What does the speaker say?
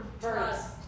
Trust